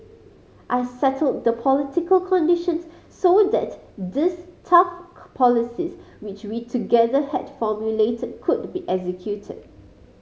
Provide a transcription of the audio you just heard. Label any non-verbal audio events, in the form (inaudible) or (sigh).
I settled the political conditions so that this tough (noise) policies which we together had formulated could be executed